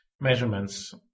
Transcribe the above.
Measurements